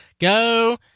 go